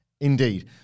Indeed